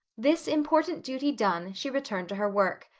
this important duty done, she returned to her work.